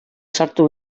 sartu